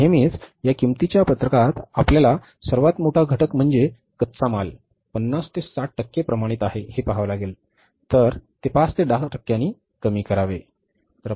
तर नेहमीच या किंमतीच्या पत्रकात आपल्याला सर्वात मोठा घटक म्हणजे कच्चा माल 50 ते 60 टक्के प्रमाणित आहे हे पहावे लागेल ते 5 ते 10 टक्क्यांनी कमी करावे